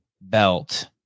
belt